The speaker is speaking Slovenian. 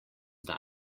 dan